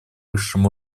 высшем